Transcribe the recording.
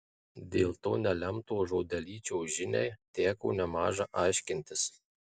dėl to nelemto žodelyčio žiniai teko nemaža aiškintis